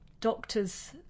doctors